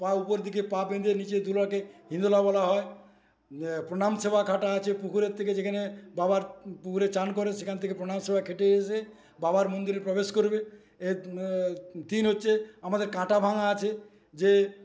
পা উপর দিকে পা বেঁধে নিচে দোলাকে হিন্দোলা বলা হয় প্রণাম সেবা খাটা আছে পুকুরের থেকে যেখানে বাবার পুকুরে চান করে সেখান থেকে প্রণাম সেবা খেটে এসে বাবার মন্দিরে প্রবেশ করবে এর তিন হচ্ছে আমাদের কাটা ভাঙা আছে যে